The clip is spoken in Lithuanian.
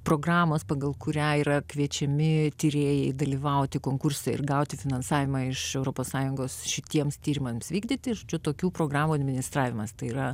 programos pagal kurią yra kviečiami tyrėjai dalyvauti konkurse ir gauti finansavimą iš europos sąjungos šitiems tyrimams vykdyti ir tokių programų administravimas tai yra